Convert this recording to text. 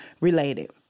related